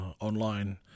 online